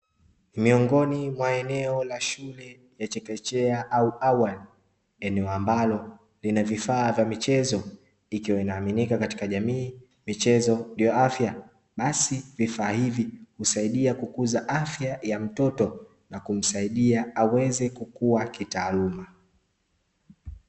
Miongoni mwa eneo la shule ya chekechea au awali, eneo ambalo lina vifaa vya michezo. Ikiwa inaaminika katika jamii, michezo ndiyo afya basi vifaa hivi husaidia kukuza afya ya mtoto na kumsaidia aweze kukua kitaaluma.